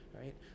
right